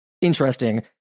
interesting